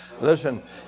Listen